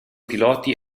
piloti